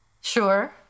Sure